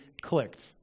clicked